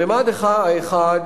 בממד האחד,